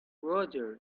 roger